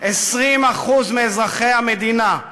20% מאזרחי המדינה,